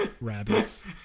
rabbits